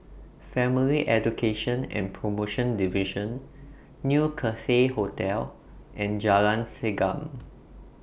Family Education and promotion Division New Cathay Hotel and Jalan Segam